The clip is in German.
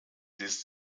des